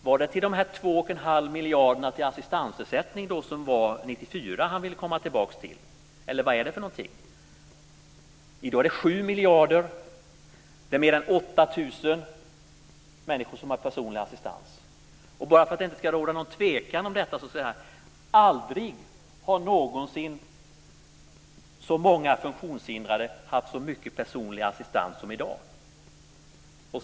Är det de två och en halv miljarderna i assistansersättning som fanns 1994 som han ville komma tillbaka till? Eller vad är det för någonting? I dag är det 7 miljarder. Mer än 8 000 personer har personlig assistans. Bara för att det inte ska råda någon tvekan om detta säger jag: Aldrig någonsin har så många funktionshindrade haft så mycket personlig assistans som i dag.